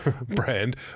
brand